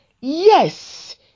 Yes